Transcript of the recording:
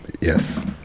Yes